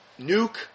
nuke